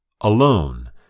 Alone